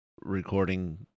recording